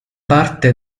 parte